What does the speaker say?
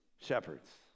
Shepherds